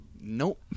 Nope